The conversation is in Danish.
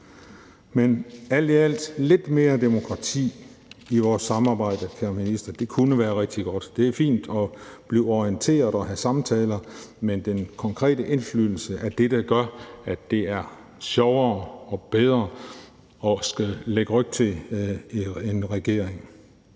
i alt kunne lidt mere demokrati i vores samarbejde være rigtig godt, hr. minister. Det er fint at blive orienteret og have samtaler, men den konkrete indflydelse er det, der gør, at det er sjovere og bedre at lægge ryg til en regering.